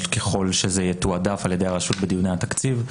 ככל שזה יקבל עדיפות על ידי הרשות בדיוני התקציב,